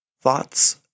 thoughts